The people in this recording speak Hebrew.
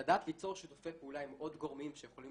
לדעת ליצור שיתופי פעולה עם עוד גורמים שיכולים